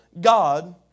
God